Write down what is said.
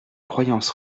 croyance